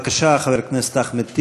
בבקשה, חבר הכנסת אחמד טיבי.